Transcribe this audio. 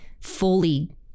fully